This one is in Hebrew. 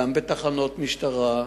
גם בתחנות משטרה,